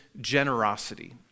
generosity